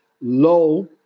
low